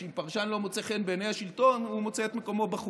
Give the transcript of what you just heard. שאם פרשן לא מוצא חן בעיני השלטון הוא מוצא את מקומו בחוץ.